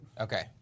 Okay